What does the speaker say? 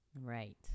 Right